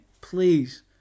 please